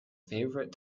favorite